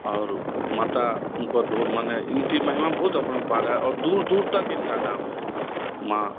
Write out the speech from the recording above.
और माता उन पर मने इनकी महिमा बहुत अपरंपार है और दूर दूर तक इनका नाम है माँ